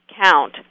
count